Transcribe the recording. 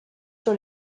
sur